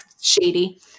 shady